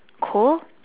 cold